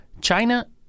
China